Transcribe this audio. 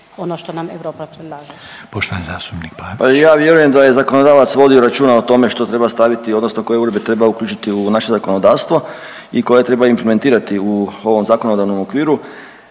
(Socijaldemokrati)** Ali ja vjerujem da je zakonodavac vodio računa o tome što treba staviti odnosno koje uredbe treba uključiti u naše zakonodavstvo i koje treba implementirati u ovom zakonodavnom okviru